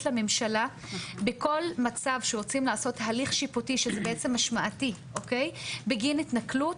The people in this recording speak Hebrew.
לממשלה בכל מצב שרוצים לעשות הליך שיפוטי שזה בעצם השמעתי בגין התנכלות,